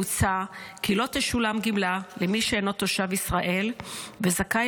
מוצע כי לא תשולם גמלה למי שאינו תושב ישראל וזכאי